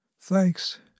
Thanks